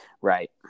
Right